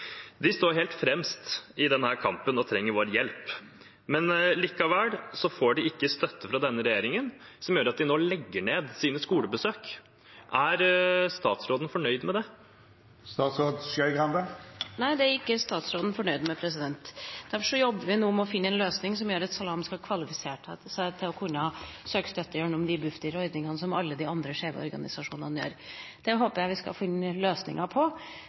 De står helt fremst i denne kampen og trenger vår hjelp. Likevel får de ikke støtte fra denne regjeringen, noe som gjør at de nå legger ned sine skolebesøk. Er statsråden fornøyd med det? Nei, det er ikke statsråden fornøyd med. Derfor jobber vi nå med å finne en løsning som gjør at Salam skal kvalifisere seg til å kunne søke støtte gjennom Bufdir-ordningene, som alle de andre skeive organisasjonene gjør. Det håper jeg vi skal finne løsninger på,